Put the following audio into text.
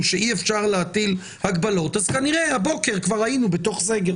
הזמן שאנחנו נמצאים בה עכשיו שכבר נמשכת תקופה